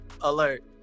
alert